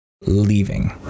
leaving